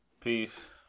Peace